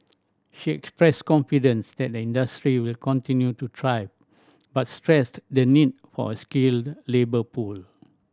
she expressed confidence that the industry will continue to thrive but stressed the need for a skilled labour pool